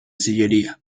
sillería